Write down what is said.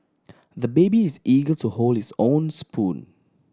the baby is eager to hold his own spoon